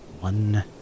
One